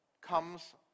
comes